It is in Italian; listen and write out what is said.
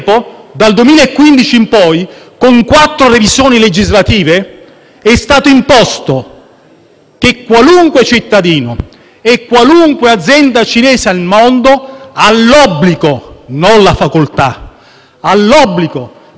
che qualunque cittadino e qualunque azienda cinese nel mondo hanno l'obbligo - non la facoltà, ma l'obbligo - di rispondere ai Servizi di sicurezza e militari, fornire loro informazioni e assistenza.